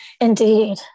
indeed